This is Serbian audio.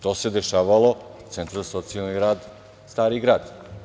To se dešavalo u Centru za socijalni rad Stari grad.